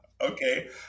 Okay